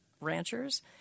ranchers